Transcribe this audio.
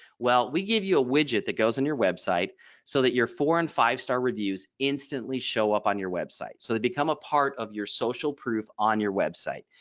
well we give you a widget that goes on your website so that you're four and five-star reviews instantly show up on your website. website. so they become a part of your social proof on your website.